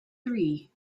three